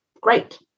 great